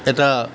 এটা